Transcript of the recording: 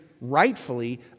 rightfully